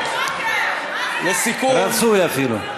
רצוי אפילו.